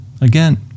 Again